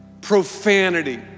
profanity